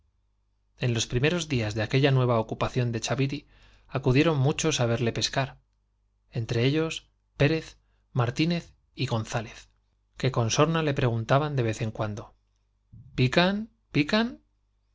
en los primeros días de aquella nueva ocupación de chaviri acudieron muchos á verle pescar entre le ellos pérez martínez y gonzález que con sorna preguntaban de vez en cuando pican pican